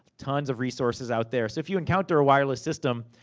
tons of resources out there. so if you encounter a wireless system,